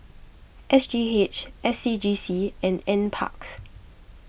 S G H S C G C and N Parks